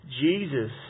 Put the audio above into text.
Jesus